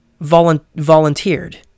volunteered